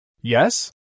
Yes